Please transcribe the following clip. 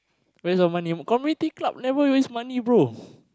waste of money community club leh why you waste money brother